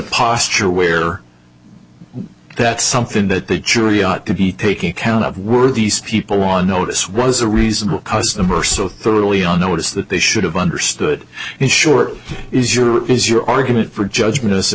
posture where that's something that the jury ought to be taking account of were these people on notice was a reasonable customer so thoroughly on notice that they should have understood and sure is your is your argument for judgment as a